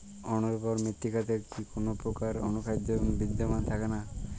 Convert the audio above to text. অনুর্বর মৃত্তিকাতে কি কোনো প্রকার অনুখাদ্য বিদ্যমান থাকে না?